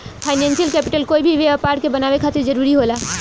financial capital कोई भी व्यापार के बनावे खातिर जरूरी होला